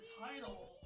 title